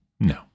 No